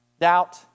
doubt